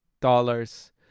dollars